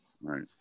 Right